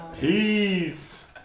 Peace